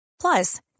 Plus